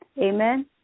Amen